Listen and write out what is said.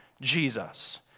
Jesus